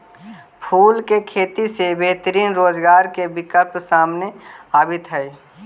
फूल के खेती से बेहतरीन रोजगार के विकल्प सामने आवित हइ